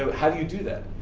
how do you do that?